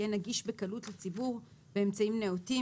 יהיה נגיש בקלות לציבור באמצעים נאותים,